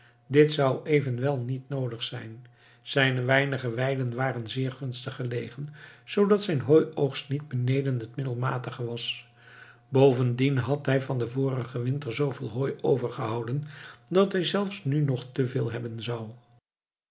dit zou evenwel niet noodig zijn zijne weinige weiden waren zeer gunstig gelegen zoodat zijn hooioogst niet beneden het middelmatige was bovendien had hij van den vorigen winter zooveel hooi overgehouden dat hij zelfs nu nog te veel hebben zou